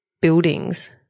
buildings